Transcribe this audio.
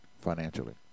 financially